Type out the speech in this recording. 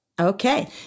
Okay